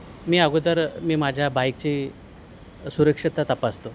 मी अगोदर मी माझ्या बाईकची सुरक्षितता तपासतो